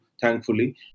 thankfully